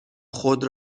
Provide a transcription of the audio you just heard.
خود